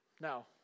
Now